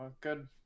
good